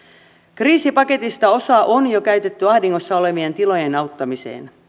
kriisipaketista osa on jo käytetty ahdingossa olevien tilojen auttamiseen